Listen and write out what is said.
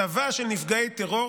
צבא של נפגעי טרור,